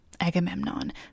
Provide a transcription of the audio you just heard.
Agamemnon